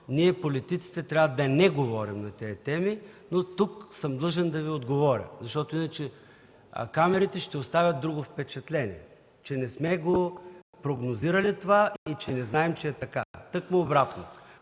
ние, политиците, трябва да не говорим на тези теми, но тук съм длъжен да Ви отговоря, защото иначе камерите ще оставят друго впечатление, че не сме го прогнозирали това и че не знаем, че е така. Тъкмо обратното